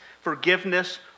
forgiveness